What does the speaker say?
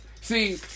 see